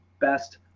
best